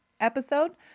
episode